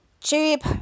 Cheap